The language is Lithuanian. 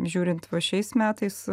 žiūrint va šiais metais